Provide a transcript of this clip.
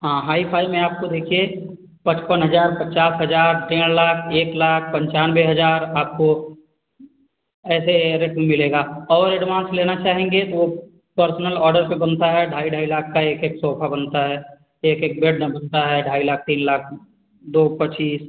हाँ हाइफाई में आपको देखिये पचपन हजार पचास हजार तीन लाख एक लाख पंचानवे हजार आपको ऐसे ऐसे में मिलेगा और एडवांस लेना चाहेंगे तो पर्सनल ऑर्डर पर बनता है ढाई ढाई लाख का एक एक सोफ़ा बनता है एक एक बेड ना बनता है ढाई लाख तीन लाख में दो पच्चीस